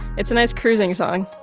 it's a nice cruising song